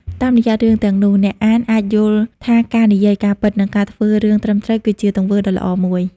តាមរយៈរឿងទាំងនោះ អ្នកអានអាចយល់ថាការនិយាយការពិត និងការធ្វើរឿងត្រឹមត្រូវ គឺជាទង្វើដ៏ល្អមួយ។